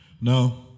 no